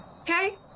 Okay